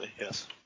yes